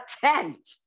tent